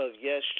yes